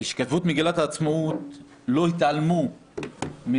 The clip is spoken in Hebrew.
כשכתבו את מגילת העצמאות לא התעלמו מהשוויון,